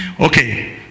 Okay